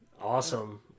awesome